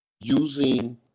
using